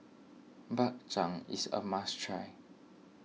Bak Chang is a must try